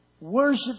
Worship